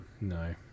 No